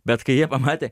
bet kai jie pamatė